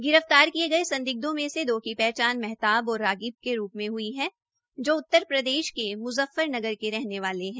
गिरफ्तार किए गए संदिग्धों में से दो की पहचान महताब और रागिब के रूप में हुई है जो उत्तर प्रदेश के मुजफ्फरनगर के रहने वाले हैं